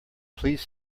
please